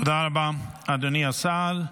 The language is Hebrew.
תודה רבה, אדוני השר.